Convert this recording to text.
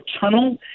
tunnel